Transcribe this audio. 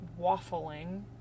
waffling